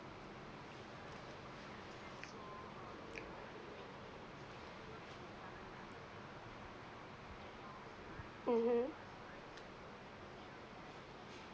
mmhmm